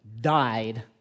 died